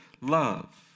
love